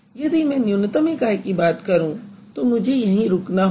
यदि मैं न्यूनतम इकाई की बात करूँ तो मुझे यहीं रुकना होगा